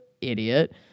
Idiot